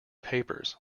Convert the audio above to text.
papers